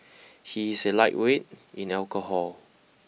he is a lightweight in alcohol